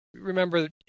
remember